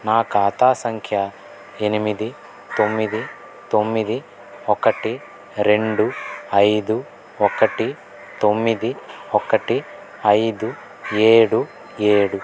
నా ఖాతా సంఖ్య ఎనిమిది తొమ్మిది తొమ్మిది ఒకటి రెండు ఐదు ఒకటి తొమ్మిది ఒకటి ఐదు ఏడు ఏడు